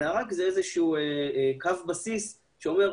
אלא זה רק קו בסיס שאומר,